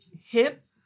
hip